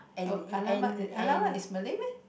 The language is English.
oh !alamak! is !alamak! is Malay meh